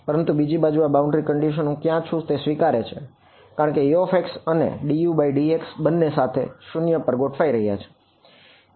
પરંતુ બીજી બાજુ આ બાઉન્ડ્રી કન્ડિશન હું ક્યાં છું તે સ્વીકારે છે કારણ કે Ux અને dUdx બંને સાથે 0 પર ગોઠવાઈ રહ્યા છે